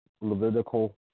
Levitical